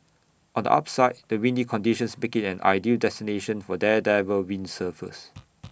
on the upside the windy conditions make IT an ideal destination for daredevil windsurfers